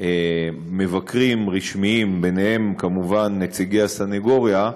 מבקרים רשמיים, בהם כמובן נציגי הסנגוריה,